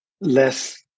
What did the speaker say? less